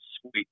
sweet